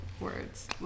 words